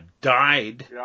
died